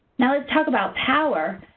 now let's talk about power.